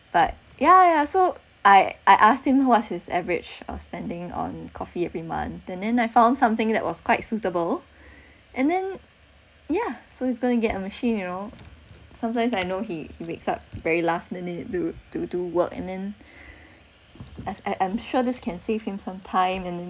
but ya ya so I I asked him what his average on spending on coffee every month and then I found something that was quite suitable and then ya so he's gonna get a machine you know sometimes I know he he wakes up very last minute to to do work and then I'm I'm sure this can save him some time and